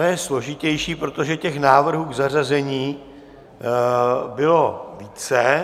To je složitější, protože těch návrhů k zařazení bylo více.